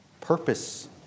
purpose